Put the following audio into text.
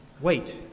Wait